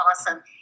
awesome